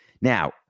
Now